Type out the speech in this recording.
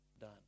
done